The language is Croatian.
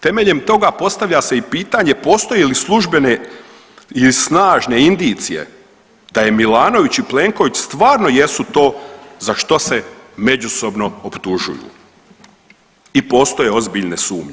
Temeljem toga postavlja se i pitanje postoji li službene i snažne indicije da je Milanović i Plenković stvarno jesu to za što se međusobno optužuju i postoje ozbiljne sumnje.